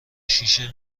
شیشه